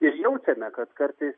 ir jaučiame kad kartais